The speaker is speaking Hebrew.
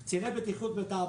יש 2,600 קציני בטיחות בתעבורה.